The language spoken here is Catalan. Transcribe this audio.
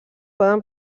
poden